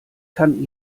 kann